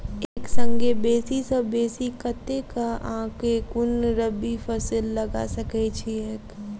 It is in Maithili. एक संगे बेसी सऽ बेसी कतेक आ केँ कुन रबी फसल लगा सकै छियैक?